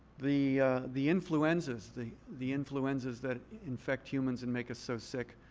the the influenzas, the the influenzas that infect humans and make us so sick,